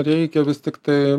reikia vis tiktai